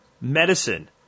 medicine